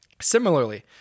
Similarly